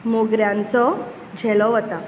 मोगऱ्यांचो झेलो वता